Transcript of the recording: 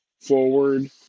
forward